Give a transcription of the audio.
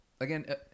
Again